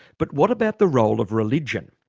but what about the role of religion?